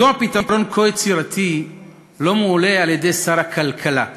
מדוע פתרון כה יצירתי לא מועלה על-ידי שר הכלכלה עצמו?